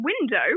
window